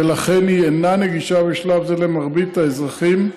ולכן היא אינה נגישה בשלב זה למרבית האזרחים.